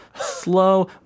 Slow